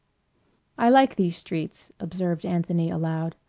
i like these streets, observed anthony aloud.